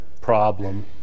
problem